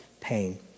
pain